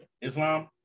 Islam